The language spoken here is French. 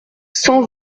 cent